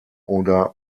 oder